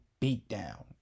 beatdown